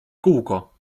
kółko